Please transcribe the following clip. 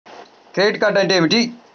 Credit card అంటే ఏమిటి?